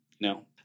No